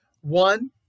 One